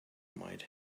might